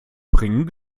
bringen